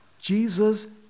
Jesus